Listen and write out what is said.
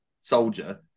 soldier